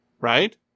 right